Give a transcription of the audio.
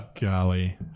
golly